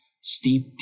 steep